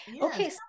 Okay